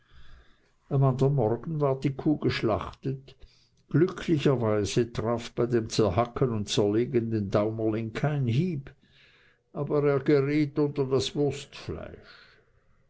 am andern morgen ward die kuh geschlachtet glücklicherweise traf bei dem zerhacken und zerlegen den daumerling kein hieb aber er geriet unter das